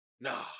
nah